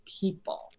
people